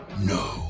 No